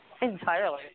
Entirely